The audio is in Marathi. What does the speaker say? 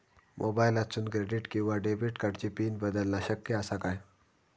मोबाईलातसून क्रेडिट किवा डेबिट कार्डची पिन बदलना शक्य आसा काय?